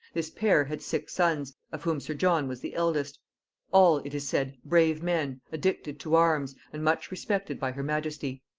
this pair had six sons, of whom sir john was the eldest all, it is said, brave men, addicted to arms, and much respected by her majesty.